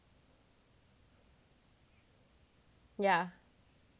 yeah